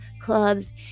clubs